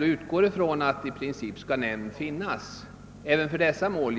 utgår från att det i princip skall finnas nämnd, givetvis även i dessa mål.